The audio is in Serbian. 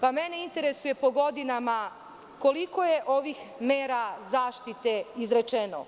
Pa mene interesuje - po godinama koliko je ovih mera zaštite izrečeno?